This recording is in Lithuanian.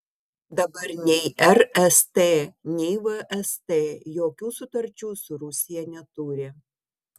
dabar nei rst nei vst jokių sutarčių su rusija neturi